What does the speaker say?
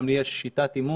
גם לי יש שיטת אימון